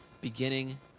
beginning